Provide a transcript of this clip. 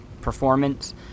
performance